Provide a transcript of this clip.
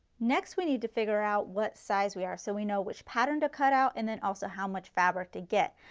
next we need to figure out what size we are, so we know which pattern to cut out and then also how much fabric to get.